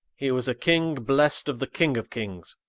he was a king, blest of the king of kings.